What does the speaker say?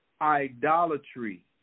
Idolatry